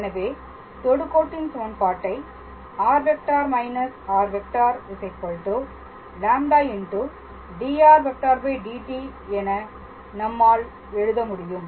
எனவே தொடுகோட்டின் சமன்பாட்டை R⃗ − r⃗ λ dr⃗ dt என நம்மால் எழுத முடியும்